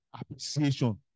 Appreciation